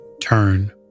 turn